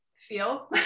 feel